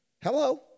Hello